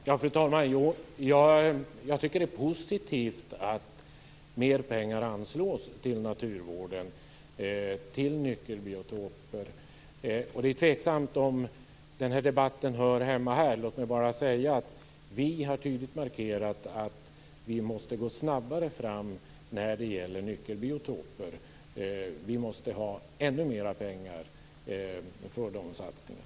Fru talman! Jag tycker att det är positivt att mer pengar anslås till naturvården och till nyckelbiotoper. Men det är tveksamt om den debatten hör hemma här. Låt mig bara säga att vi tydligt har markerat att man måste gå snabbare fram när det gäller nyckelbiotoper. Man måste ha ännu mer pengar till dessa satsningar.